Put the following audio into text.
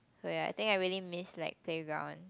oh ya I think I really missed like playgrounds